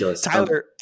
Tyler